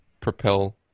propel